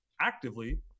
actively